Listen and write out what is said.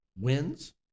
wins